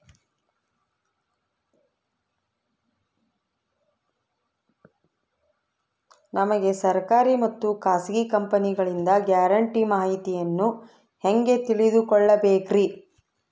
ನಮಗೆ ಸರ್ಕಾರಿ ಮತ್ತು ಖಾಸಗಿ ಕಂಪನಿಗಳಿಂದ ಗ್ಯಾರಂಟಿ ಮಾಹಿತಿಯನ್ನು ಹೆಂಗೆ ತಿಳಿದುಕೊಳ್ಳಬೇಕ್ರಿ?